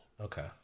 Okay